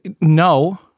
no